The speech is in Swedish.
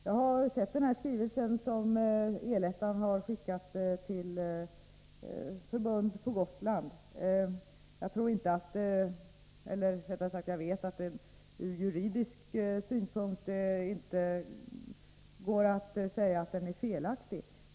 Jag har sett den skrivelse som El-ettan har skickat till förbund på Gotland. Jag vet att man inte kan säga att den från juridisk synpunkt är felaktig.